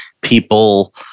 people